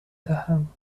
دهم